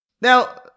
Now